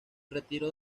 retiró